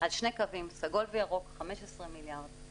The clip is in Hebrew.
על שני קווים סגול וירוק, 15 מיליארד.